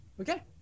Okay